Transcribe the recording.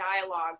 dialogue